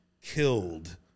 killed